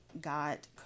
got